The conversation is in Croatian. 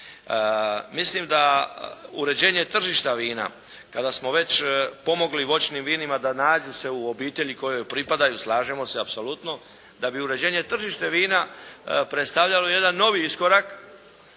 Mislim da uređenje tržišta vina kada smo već pomogli voćnim vinima da nađu se u obitelji kojoj pripadaju, slažemo se apsolutno da bi uređenje tržišta vina predstavljalo jedan novi iskorak,